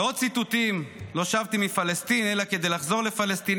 ועוד ציטוטים: לא שבתי מפלסטין אלא כדי לחזור לפלסטין.